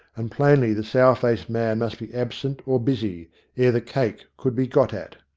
and plainly the sour-faced man must be absent or busy ere the cake could be got at.